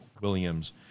Williams